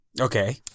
Okay